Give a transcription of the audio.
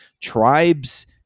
tribes